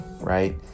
right